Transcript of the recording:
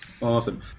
Awesome